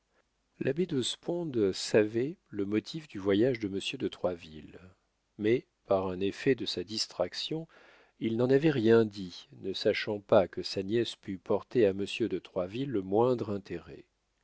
l'abbé de sponde savait le motif du voyage de monsieur de troisville mais par un effet de sa distraction il n'en avait rien dit ne sachant pas que sa nièce pût porter à monsieur de troisville le moindre intérêt